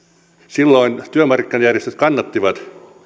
silloin työmarkkinajärjestöt kannattivat